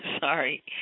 Sorry